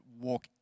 walk